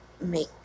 make